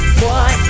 boy